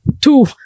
two